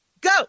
Go